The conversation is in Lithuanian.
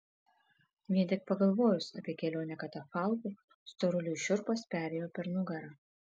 vien tik pagalvojus apie kelionę katafalku storuliui šiurpas perėjo per nugarą